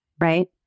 right